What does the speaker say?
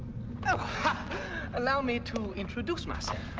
so allow me to introduce myself.